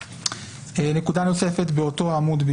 נקודה נוספת באותו עמוד.